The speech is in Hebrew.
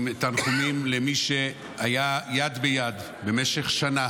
עם תנחומים למי שהיה יד ביד במשך שנה